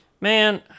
Man